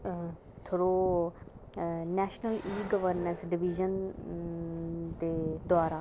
throw national e governance division दे द्वारा